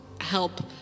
help